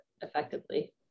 effectively